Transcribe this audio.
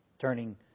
Turning